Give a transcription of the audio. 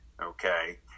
okay